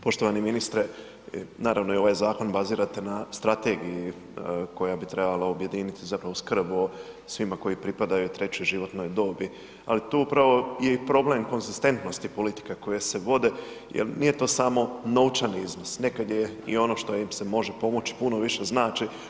Poštovani ministre, naravno vi ovaj zakon bazirate na strategiji koja bi trebala objediniti zapravo skrb o svima koji pripadaju trećoj životnoj dobi, ali tu upravo je i problem konzistentnosti politika koje se vode jer nije to samo novčani iznos, nekad je i ono što im se može pomoći puno više znači.